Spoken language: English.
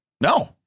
no